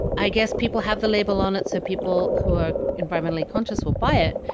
i guess people have the label on it so people who are environmentally conscious will buy it,